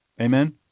Amen